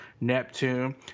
Neptune